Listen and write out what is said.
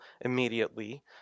immediately